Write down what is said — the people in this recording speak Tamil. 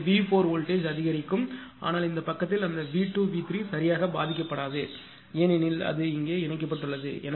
எனவே V4 வோல்டேஜ்அதிகரிக்கும் ஆனால் இந்த பக்கத்தில் அந்த V2 V3 சரியாக பாதிக்கப்படாது ஏனெனில் அது இங்கே இணைக்கப்பட்டுள்ளது